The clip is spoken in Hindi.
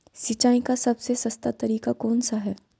सिंचाई का सबसे सस्ता तरीका कौन सा है?